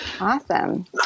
Awesome